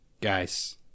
guys